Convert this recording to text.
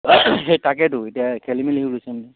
তাকেতো এতিয়া খেলি মেলি হৈ গৈছে নহয়